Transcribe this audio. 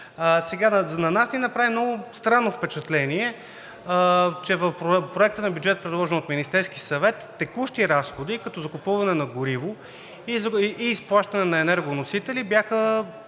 На нас ни направи много странно впечатление, че в Проекта на бюджет, предложен от Министерския съвет, текущи разходи като закупуване на гориво и изплащане на енергоносители бяха